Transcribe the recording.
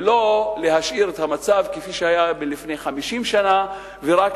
ולא להשאיר את המצב כפי שהיה לפני 50 שנה ורק